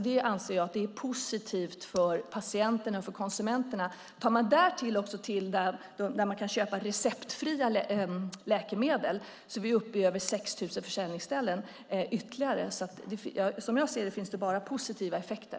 Jag anser att det är positivt för patienterna och för konsumenterna. Man kan också lägga till de försäljningsställen där man kan köpa receptfria läkemedel. Då är vi uppe i över 6 000 ytterligare försäljningsställen. Som jag ser det finns det bara positiva effekter.